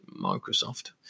Microsoft